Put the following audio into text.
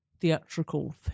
theatrical